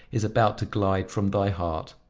is about to glide from thy heart.